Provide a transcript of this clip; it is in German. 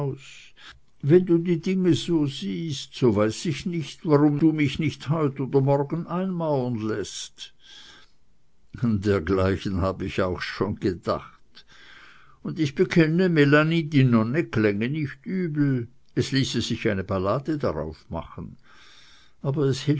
wenn du die dinge so siehst so weiß ich nicht warum du mich nicht heut oder morgen einmauern läßt an dergleichen hab ich auch schon gedacht und ich bekenne melanie die nonne klänge nicht übel und es ließe sich eine ballade darauf machen aber